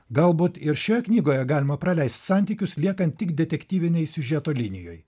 galbūt ir šioje knygoje galima praleist santykius liekant tik detektyvinėj siužeto linijoj